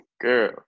Girl